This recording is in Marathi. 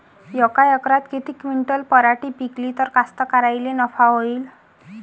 यका एकरात किती क्विंटल पराटी पिकली त कास्तकाराइले नफा होईन?